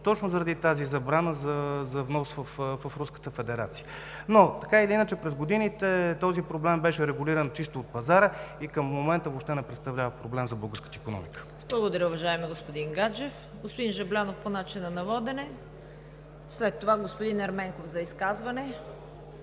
точно заради тази забрана за внос в Руската федерация. Но, така или иначе, през годините този проблем беше регулиран от пазара и към момента въобще не представлява проблем за българската икономика. ПРЕДСЕДАТЕЛ ЦВЕТА КАРАЯНЧЕВА: Благодаря, уважаеми господин Гаджев. Господин Жаблянов, по начина на водене. След това – господин Ерменков, за изказване.